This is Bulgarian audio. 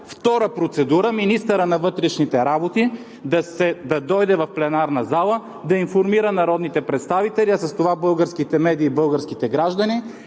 втора процедура – министърът на вътрешните работи да дойде в пленарната зала, да информира народните представители, а с това българските медии и българските граждани,